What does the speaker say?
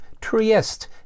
Trieste